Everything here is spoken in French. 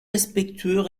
respectueux